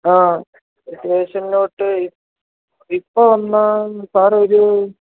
ആ സ്റ്റേഷൻലോട്ട് ഇപ്പം ഇപ്പം വന്നാൽ സാറൊരു